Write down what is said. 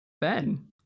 Ben